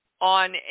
on